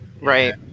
Right